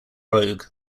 rogue